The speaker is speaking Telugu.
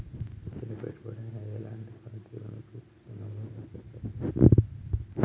పెట్టిన పెట్టుబడి అనేది ఎలాంటి పనితీరును చూపిస్తున్నదో ఎప్పటికప్పుడు తెల్సుకోవాలే